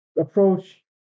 approach